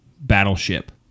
battleship